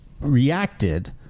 reacted